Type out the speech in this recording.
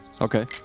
Okay